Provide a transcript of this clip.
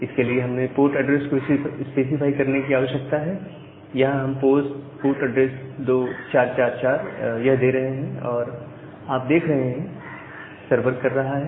इसके लिए हमें पोर्ट ऐड्रेस को स्पेसिफाई करने की आवश्यकता है यहां हम पोर्ट ऐड्रेस 2444 यह दे रहे हैं और आप देख सकते हैं सर्वर कर रहा है